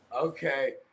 Okay